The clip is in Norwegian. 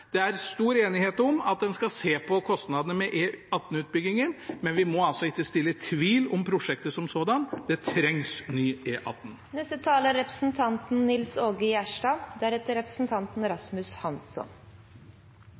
er det stor enighet om at en skal se på kostnadene for E18-utbyggingen, men vi må altså ikke reise tvil om prosjektet som sådan. Det trengs ny E18. Jeg tenkte jeg skulle informere litt om Oslopakke 3, siden Oslopakke 3 er